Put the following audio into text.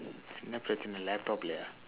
the laptop leh